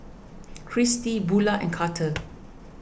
Kristy Bula and Karter